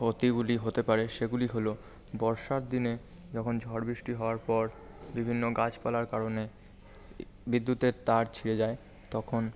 ক্ষতিগুলি হতে পারে সেগুলি হল বর্ষার দিনে যখন ঝড় বৃষ্টি হওয়ার পর বিভিন্ন গাছপালার কারণে বিদ্যুতের তার ছিঁড়ে যায় তখন